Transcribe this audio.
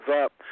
up